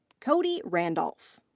cody randolph.